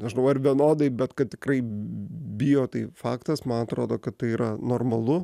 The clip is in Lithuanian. nežinau ar vienodai bet kad tikrai bijo tai faktas man atrodo kad tai yra normalu